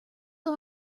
old